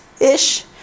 ish